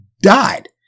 died